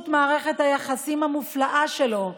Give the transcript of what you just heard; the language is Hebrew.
תודה.